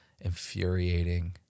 infuriating